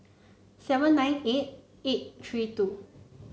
seven nine eight eight three two